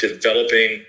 developing